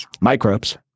Microbes